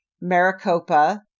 Maricopa